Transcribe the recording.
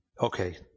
Okay